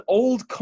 old